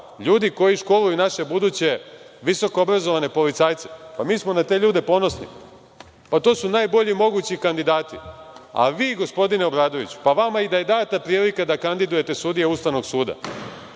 ljudi koji školuju naše buduće visokoobrazovane policajce? Pa, mi smo na te ljude ponosni. Pa, to su najbolji mogući kandidati.A vi, gospodine Obradoviću, pa vama i da je data prilika da kandidujete sudije Ustavnog suda,